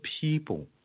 people